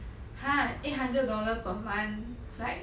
!huh! eight hundred dollar per month like